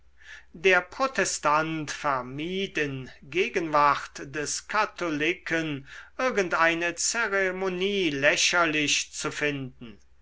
der protestant vermied in gegenwatt des katholiken irgendeine zeremonie lächerlich zu finden